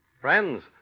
Friends